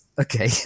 okay